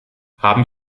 haben